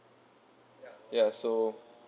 ya so